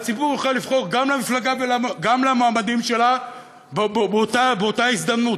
הציבור יוכל לבחור גם למפלגה וגם למועמדים שלה באותה הזדמנות.